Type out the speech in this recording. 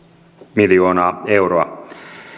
miljoonaa euroa